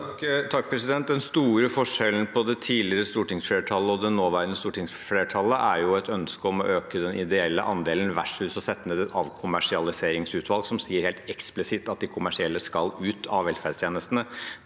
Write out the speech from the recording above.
(H) Den store forskjellen på det tidligere og nåværende stortingsflertallet er et ønske om å øke den ideelle andelen versus å sette ned et avkommersialiseringsutvalg som sier helt eksplisitt at de kommersielle skal ut av velferdstjenestene.